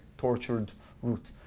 tortured route.